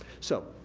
so,